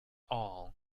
all